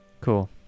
Cool